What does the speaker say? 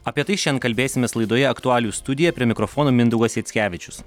apie tai šen kalbėsimės laidoje aktualijų studija prie mikrofono mindaugas jackevičius